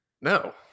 No